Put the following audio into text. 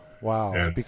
Wow